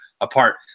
apart